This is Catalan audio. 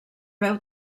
veu